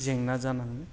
जेंना जानाङो